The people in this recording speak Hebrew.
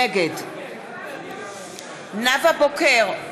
נגד נאוה בוקר,